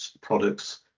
products